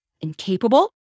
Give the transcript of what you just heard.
incapable